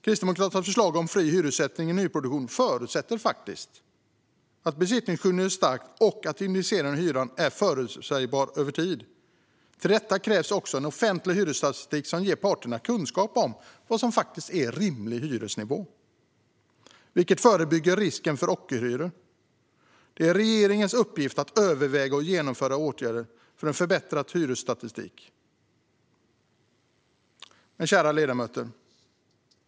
Kristdemokraternas förslag om fri hyressättning i nyproduktion förutsätter att besittningsskyddet är starkt och att indexeringen av hyran är förutsägbar över tid. Till detta krävs också en offentlig hyresstatistik som ger parterna kunskap om vad som är rimlig hyresnivå, vilket förebygger risken för ockerhyror. Det är regeringens uppgift att överväga och genomföra åtgärder för att vi ska få en förbättrad hyresstatistik. Kära ledamöter!